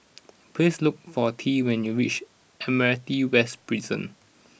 please look for Tea when you reach Admiralty West Prison